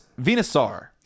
Venusaur